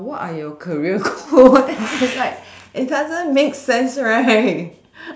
what are you career goal and it's like it doesn't make sense right